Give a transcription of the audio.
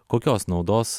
kokios naudos